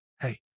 Hey